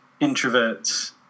introverts